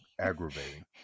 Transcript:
aggravating